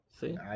See